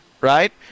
right